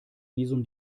visum